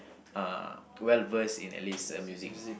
uh well-versed in at least uh music